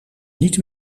niet